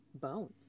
bones